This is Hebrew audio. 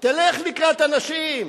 תלך לקראת אנשים,